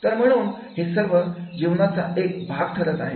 तर म्हणून हे सर्व जीवनाचा एक भाग ठरत आहे